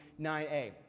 9a